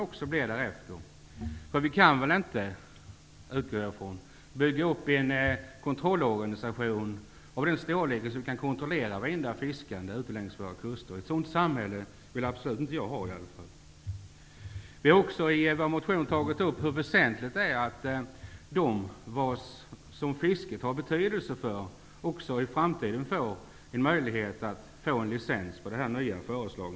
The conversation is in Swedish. Jag utgår ifrån att vi inte kan bygga upp en kontrollorganisation av den storlek som kan kontrollera varenda fiskare längs våra kuster. Ett sådant samhälle vill åtminstone jag absolut inte ha. I vår motion har vi också tagit upp hur väsentligt det är att de, för vilka fisket har betydelse, också i framtiden får en möjlighet att få en licens på det nya sätt som föreslås.